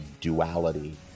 duality